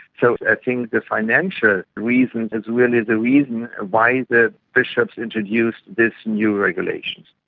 so i think the financial reason is really the reason why the bishops introduced this new regulation.